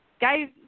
guys